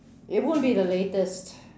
it won't be the latest